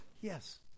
Yes